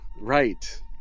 Right